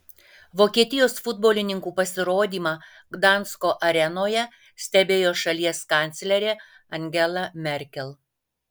vokietijos futbolininkų pasirodymą gdansko arenoje stebėjo šalies kanclerė angela merkel